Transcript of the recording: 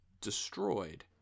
destroyed